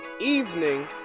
evening